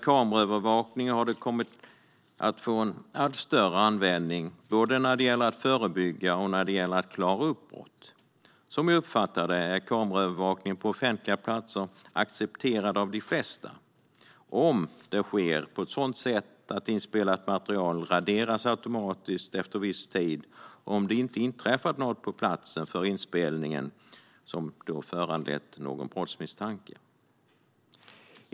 Kameraövervakning har fått en allt större användning för att både förebygga och klara upp brott. Som jag uppfattar det är kameraövervakning på offentliga platser accepterat av de flesta, om det sker på ett sådant sätt att inspelat material raderas automatiskt efter viss tid, om det inte har inträffat något på platsen vid inspelningen som har föranlett en brottsmisstanke.